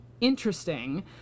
interesting